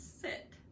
sit